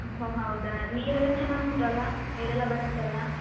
ಹೋ ಹೌದಾ ನೀರೆಲ್ಲ ಚೆನ್ನಾಗಿ ಉಂಟು ಅಲಾ ನೀರೆಲ್ಲ ಬರುತ್ತೆ ಅಲಾ